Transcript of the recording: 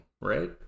Right